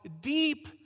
deep